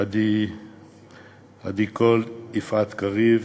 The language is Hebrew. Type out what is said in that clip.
עדי קול, יפעת קריב,